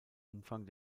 umfang